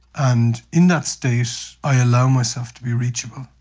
and in that state i allow myself to be reachable.